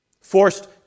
Forced